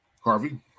Harvey